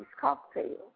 cocktails